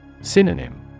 Synonym